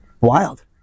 Wild